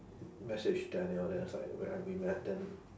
message daniel then it's like where I we met then